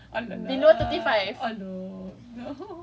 they had an age limit below thirty five